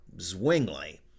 Zwingli